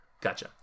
Gotcha